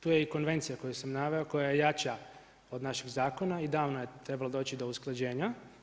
Tu je i konvencija koju sam naveo, koja je jača od našeg zakona i davno je trebalo doći do usklađenja.